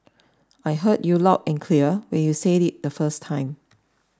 I heard you loud and clear when you said it the first time